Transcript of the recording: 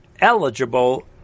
eligible